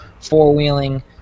four-wheeling